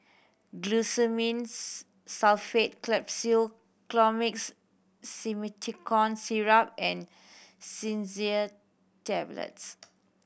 Glucosamine's Sulfate Capsule Colimix Simethicone Syrup and Tablets